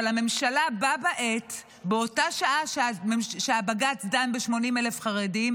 אבל בה בעת, באותה שעה שבג"ץ דן ב-80,000 חרדים,